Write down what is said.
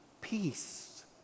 peace